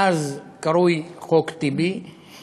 מאז הוא קרוי חוק טיבי,